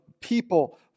people